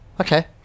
okay